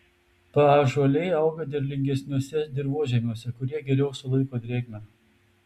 paąžuoliai auga derlingesniuose dirvožemiuose kurie geriau sulaiko drėgmę